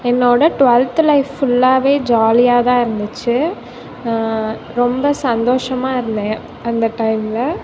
என்னோடய twelfth life ஃபுல்லாவே ஜாலியாக தான் இருந்துச்சு ரொம்ப சந்தோசமாக இருந்தேன் அந்த டைம்ல